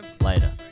Later